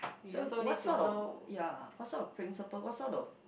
so what sort of ya what sort of principle what sort of